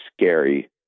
scary